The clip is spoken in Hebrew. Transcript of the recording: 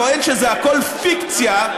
טוען שהכול פיקציה,